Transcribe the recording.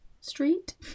street